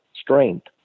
strength